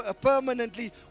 permanently